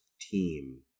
team